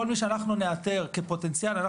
כל מי שאנחנו נאתר כפוטנציאל,